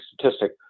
statistic